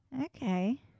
Okay